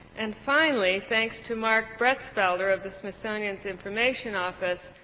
and finally thanks to mark brettsfelder of the smithsonian's information office,